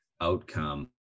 outcome